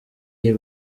iyi